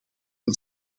een